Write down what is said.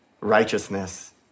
righteousness